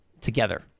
together